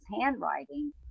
handwriting